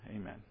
Amen